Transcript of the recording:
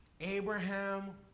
Abraham